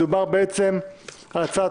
6. בקשת יושב-ראש ועדת הכספים להקדמת הדיון בהצעת